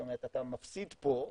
זאת אומרת אתה מפסיד פה,